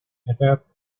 attacked